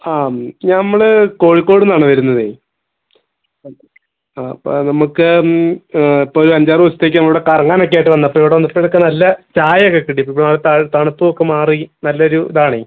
ആം നമ്മൾ കോഴിക്കോട് നിന്നാണ് വരുന്നതേ അപ്പം നമുക്ക് ഇപ്പോൾ ഒരു അഞ്ചാറ് ദിവസത്തേക്ക് നമ്മളിവടെ കറങ്ങാൻ പറ്റിയായിട്ട് വന്നതാണ് അപ്പോൾ ഇവിടെ വന്നപ്പോഴൊക്കെ നല്ല ചായയൊക്കെ കിട്ടി ഇപ്പം നല്ല തണുപ്പും ഒക്കെ മാറി നല്ലൊരു ഇതാണെ